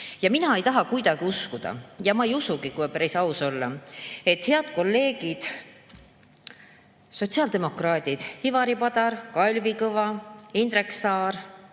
Mina ei taha kuidagi uskuda ja ma ei usugi, kui päris aus olla, et head kolleegid sotsiaaldemokraadid Ivari Padar, Kalvi Kõva, Indrek Saar,